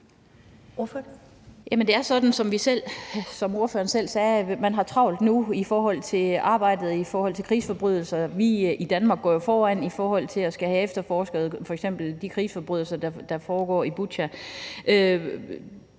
Det er sådan, som ordføreren selv sagde, at man har travlt nu i forhold til arbejdet med krigsforbrydelser. Vi i Danmark går jo foran i forhold til at skulle have efterforsket f.eks. de krigsforbrydelser, der er foregået i Butja.